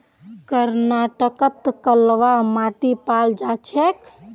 कर्नाटकत कलवा माटी पाल जा छेक